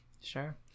Sure